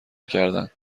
میکردند